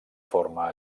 forma